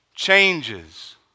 changes